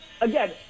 again